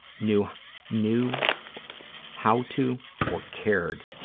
knew knew how to or cared